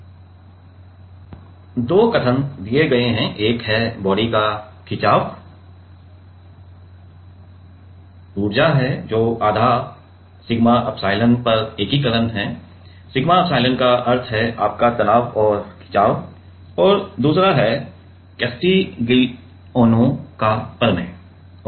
अब दो कथन दिए गए हैं एक है बॉडी की खिचाव ऊर्जा है जो आधा सिग्मा एप्सिलॉन पर एकीकरण है सिग्मा एप्सिलॉन का अर्थ है आपका तनाव और खिचाव और दूसरा है कैस्टिग्लिआनो का प्रमेय